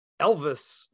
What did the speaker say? Elvis